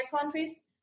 countries